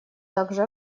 также